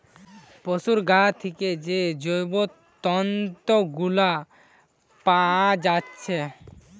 পোশুর গা থিকে যে জৈব তন্তু গুলা পাআ যাচ্ছে